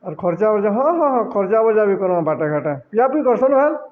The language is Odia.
ଆର୍ ଖର୍ଚ୍ଚାବାର୍ଚ୍ଚ ହଁ ହଁ ହଁ ଖର୍ଚ୍ଚାବାର୍ଚ୍ଚ ବି କରମ ବାଟେଘାଟେ ପିଆପିଇ କରିସନ୍ କେ